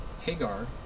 Hagar